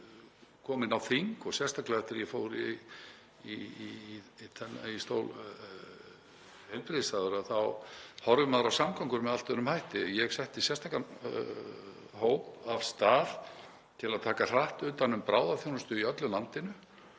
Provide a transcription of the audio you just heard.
ég kom inn á þing og sérstaklega þegar ég fór í stól heilbrigðisráðherra þá horfir maður á samgöngur með allt öðrum hætti. Ég setti sérstakan hóp af stað til að taka hratt utan um bráðaþjónustu í öllu landinu.